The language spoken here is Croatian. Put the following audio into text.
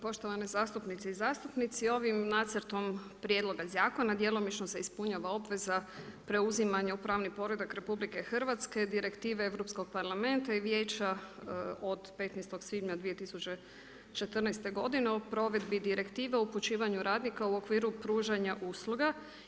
Poštovane zastupnice i zastupnici, ovim nacrtom prijedloga zakona djelomično se ispunjava obveza preuzimanja u pravni poredak RH, Direktive Europskog parlamenta i Vijeća od 15. svibnja 2014. godine o provedbi Direktive upućivanju radnika u okviru pružanja usluga.